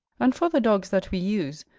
and for the dogs that we use,